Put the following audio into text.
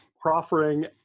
proffering